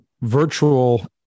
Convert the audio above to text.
virtual